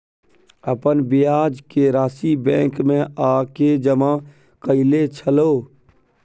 अपन ब्याज के राशि बैंक में आ के जमा कैलियै छलौं?